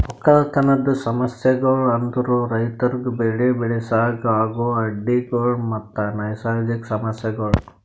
ಒಕ್ಕಲತನದ್ ಸಮಸ್ಯಗೊಳ್ ಅಂದುರ್ ರೈತುರಿಗ್ ಬೆಳಿ ಬೆಳಸಾಗ್ ಆಗೋ ಅಡ್ಡಿ ಗೊಳ್ ಮತ್ತ ನೈಸರ್ಗಿಕ ಸಮಸ್ಯಗೊಳ್